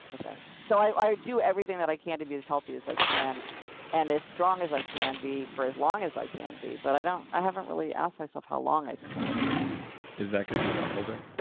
i think, so i do everything that i can to be as healthy as i can and as strong as i can be for as long as i can be, but i don't. i haven't really asked myself how long i think that would be is that because you're an upholder?